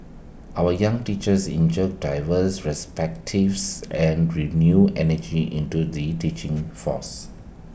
our young teachers inject diverse perspectives and renewed energy into the teaching force